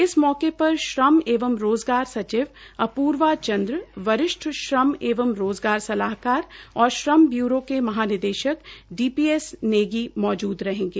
इस मौके पर श्रम एवं रोज़गार सचिव अपूर्वा चंद्र वरिष्ठ श्रम एवं रोज़गार सलाहकार और श्रम ब्यूरों के महानिदेशक डी पी एस नेगी मौजूद रहेंगे